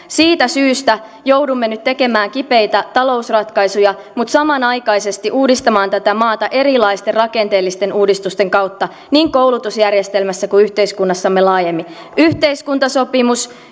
siitä syystä joudumme nyt tekemään kipeitä talousratkaisuja mutta samanaikaisesti uudistamaan tätä maata erilaisten rakenteellisten uudistusten kautta niin koulutusjärjestelmässä kuin yhteiskunnassamme laajemmin yhteiskuntasopimus